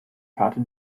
karte